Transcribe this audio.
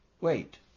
Wait